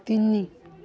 ତିନି